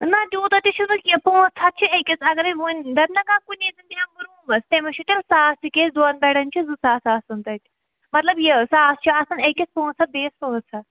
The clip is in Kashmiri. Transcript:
نا تیوٗتاہ تہِ چھِنہٕ کیٚنٛہہ پانٛژھ ہَتھ چھِ أکِس اگرَے وۄنۍ دَپہِ نا کانٛہہ کُنی زٔنۍ بیٚہمہٕ بہٕ روٗمَس تٔمِس چھُ تیٚلہِ ساس تِکیٛازِ دۄن دَرٮ۪ن چھِ زٕ ساس آسان تَتہِ مطلب یہِ ساس چھِ آسان أکِس پانٛژھ ہَتھ بیٚیِس پانٛژھ ہَتھ